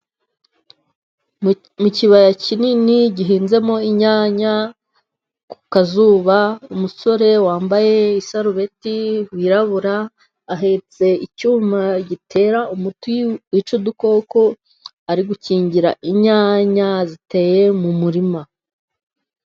Mu kibaya kinini gihinzemo inyanya ku kazuba, umusore wambaye isarubeti wirabura ahetse icyuma gitera umuti wica udukoko, ari gukingira inyanya ziteye mu murima.